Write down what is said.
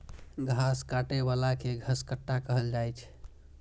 घास काटै बला कें घसकट्टा कहल जाइ छै